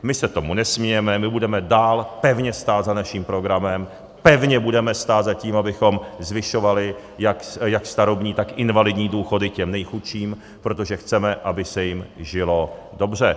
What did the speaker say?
My se tomu nesmějeme, my budeme dál pevně stát za naším programem, pevně budeme stát za tím, abychom zvyšovali jak starobní, tak invalidní důchody těm nejchudším, protože chceme, aby se jim žilo dobře.